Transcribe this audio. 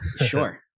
sure